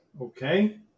Okay